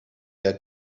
had